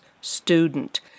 student